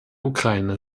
ukraine